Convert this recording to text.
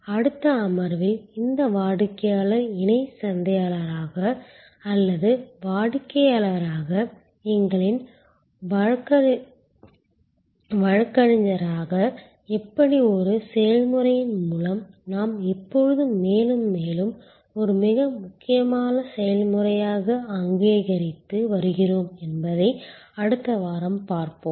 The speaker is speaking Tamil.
அடுத்த அமர்வில் இந்த வாடிக்கையாளரை இணைச் சந்தையாளராக அல்லது வாடிக்கையாளராக எங்களின் வழக்கறிஞராக எப்படி ஒரு செயல்முறையின் மூலம் நாம் இப்போது மேலும் மேலும் ஒரு மிக முக்கியமான செயல்முறையாக அங்கீகரித்து வருகிறோம் என்பதைப் அடுத்த வாரம் பார்ப்போம்